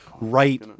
right